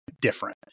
different